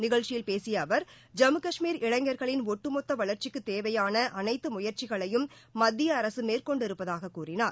நிகழ்ச்சியில் பேசிய அவர் ஜம்மு கஷ்மீர் இளைஞர்களின் ஒட்டுமொத்த வளர்ச்சிக்குத் தேவையான அனைத்து முயற்சிகளையும் மத்திய அரசு மேற்கொண்டிருப்பதாகக் கூறினார்